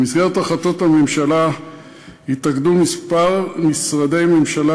במסגרת החלטות הממשלה התאגדו כמה משרדי ממשלה